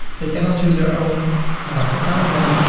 they cannot use their own account name,